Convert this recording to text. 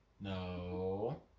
No